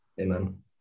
Amen